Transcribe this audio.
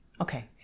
Okay